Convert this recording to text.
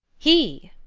he?